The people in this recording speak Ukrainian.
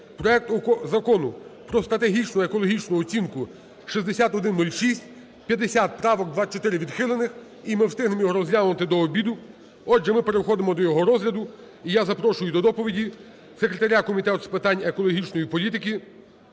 проект Закону про стратегічну екологічну оцінку (6106), 50 правок, 24 відхилених, і ми встигнемо його розглянути до обіду. Отже, ми переходимо до його розгляду. І я запрошую до доповіді секретаря Комітету з питань екологічної політики